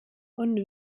und